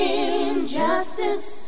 injustice